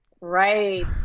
right